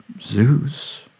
Zeus